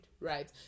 right